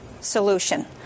solution